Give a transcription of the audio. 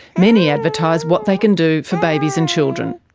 many advertise what they can do for babies and children.